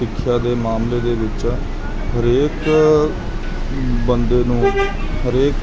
ਸਿੱਖਿਆ ਦੇ ਮਾਮਲੇ ਦੇ ਵਿੱਚ ਹਰੇਕ ਬੰਦੇ ਨੂੰ ਹਰੇਕ